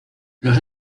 los